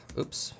oops